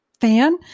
fan